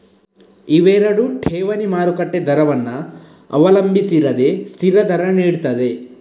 ಇವೆರಡು ಠೇವಣಿ ಮಾರುಕಟ್ಟೆ ದರವನ್ನ ಅವಲಂಬಿಸಿರದೆ ಸ್ಥಿರ ದರ ನೀಡ್ತದೆ